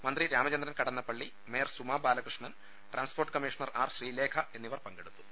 മന്ത്രി Ramachandran Kadannappalli mayor Suma Balakrishnan transport commissioner R Sreelekha എന്നിവർ പങ്കെടുത്തു